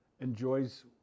enjoys